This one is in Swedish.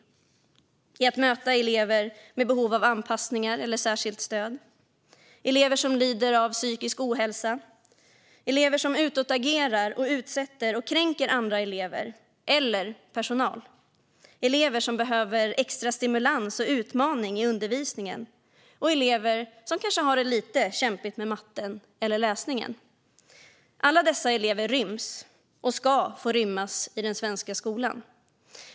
Det handlar om att möta elever med behov av anpassningar eller särskilt stöd - elever som lider av psykisk ohälsa och elever som utagerar och kränker andra elever eller personal. Det kan handla om elever som behöver extra stimulans och utmaning i undervisningen eller elever som kanske har det lite kämpigt med matten eller läsningen. Alla dessa elever ryms och ska få rymmas i den svenska skolan.